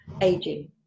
aging